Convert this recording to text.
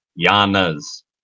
Yana's